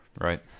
right